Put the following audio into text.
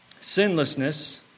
sinlessness